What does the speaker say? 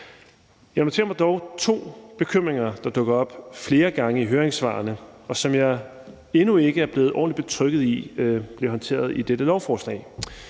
Jeg noterer mig dog to bekymringer, der dukker op flere gange i høringssvarene, og som jeg endnu ikke er blevet ordentlig betrygget i bliver håndteret i dette lovforslag,